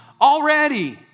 already